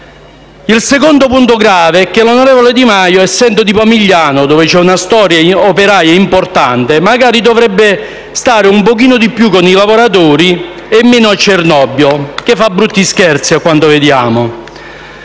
Il secondo punto grave è che l'onorevole Di Maio, essendo di Pomigliano d'Arco dove c'è una storia operaia importante, magari dovrebbe stare un pochino di più con i lavoratori e meno a Cernobbio, un posto che fa brutti scherzi a quanto vediamo.